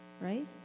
Right